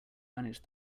manage